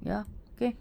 ya okay